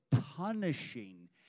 punishing